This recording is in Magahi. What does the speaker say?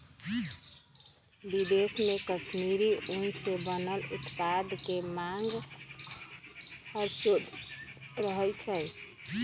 विदेश में कश्मीरी ऊन से बनल उत्पाद के मांग हरसठ्ठो रहइ छै